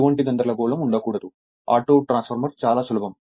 ఎటువంటి గందరగోళం ఉండకూడదు ఆటో ట్రాన్స్ఫార్మర్ చాలా సులభం